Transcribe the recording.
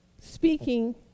speaking